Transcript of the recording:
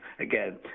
again